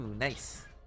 Nice